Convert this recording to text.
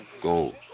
Go